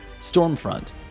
Stormfront